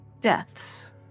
deaths